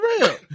real